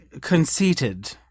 conceited